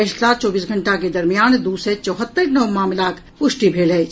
पछिला चौबीस घंटा के दरमियान दू सय चौहत्तरि नव मामिलाक प्रष्टि भेल अछि